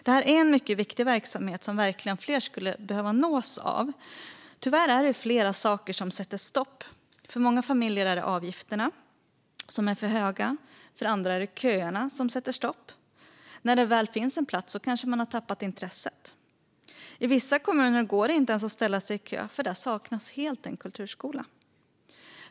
Detta är en mycket viktig verksamhet som fler verkligen skulle behöva nås av. Tyvärr sätter flera saker stopp. För många familjer är avgifterna för höga. För andra är det köerna som sätter stopp. När det väl finns en plats kan man ha tappat intresset. I vissa kommuner går det inte ens att ställa sig i kö då det helt saknas en kulturskola.